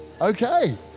okay